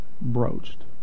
broached